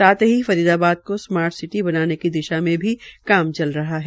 साथ ही फरीदाबादम को स्मार्ट सिटी बनाने की दिशा मे काम चल रहा है